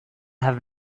have